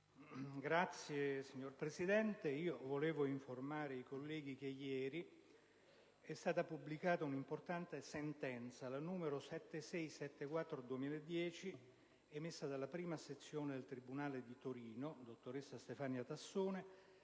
*(IdV)*. Signor Presidente, desidero informare i colleghi che ieri è stata pubblicata un'importante sentenza la n.7674/ 2010 emessa dalla prima sezione del tribunale di Torino (dottoressa Stefania Tassone),